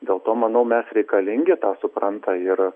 dėl to manau mes reikalingi tą supranta ir